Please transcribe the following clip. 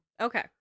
Okay